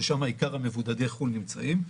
ששם עיקר מבודדי חו"ל נמצאים.